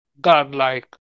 godlike